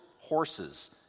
horses